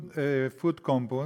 Food Coupons,